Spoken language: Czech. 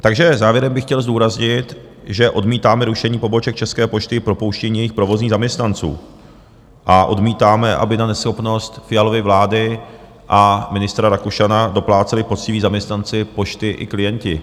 Takže závěrem bych chtěl zdůraznit, že odmítáme rušení poboček České pošty i propouštění jejich provozních zaměstnanců a odmítáme, aby na neschopnost Fialovy vlády a ministra Rakušana dopláceli poctiví zaměstnanci Pošty i klienti.